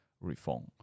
reform